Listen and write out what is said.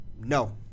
No